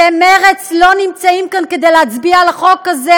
שמרצ לא נמצאים כאן כדי להצביע על החוק הזה,